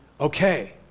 okay